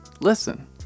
Listen